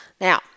Now